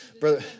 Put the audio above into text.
Brother